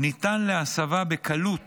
ניתן להסבה בקלות